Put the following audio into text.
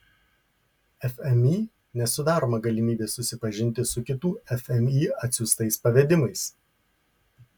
fmį nesudaroma galimybė susipažinti su kitų fmį atsiųstais pavedimais